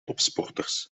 topsporters